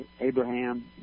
Abraham